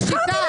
ישנת עד עכשיו?